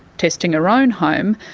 testing her own home,